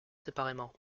séparément